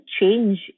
change